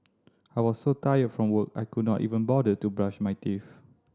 I was so tired from work I could not even bother to brush my teeth